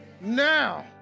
now